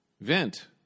Vent